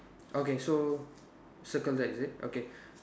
okay so circle that is it okay